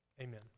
Amen